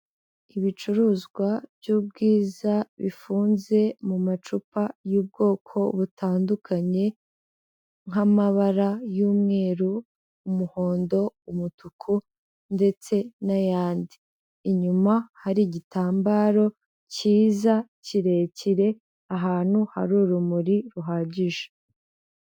Ibicuruzwa by'ubwiza bifunze mu macupa y'ubwoko butandukanye nk'amabara y'umweru, umuhondo, umutuku ndetse n'ayandi, inyuma hari igitambaro cyiza kirekire, ahantu hari urumuri ruhagije.